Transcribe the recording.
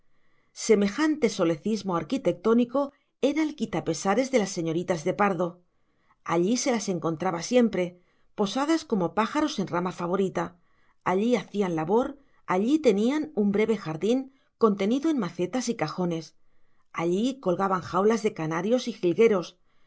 semejante solecismo arquitectónico era el quitapesares de las señoritas de pardo allí se las encontraba siempre posadas como pájaros en rama favorita allí hacían labor allí tenían un breve jardín contenido en macetas y cajones allí colgaban jaulas de canarios y jilgueros